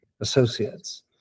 associates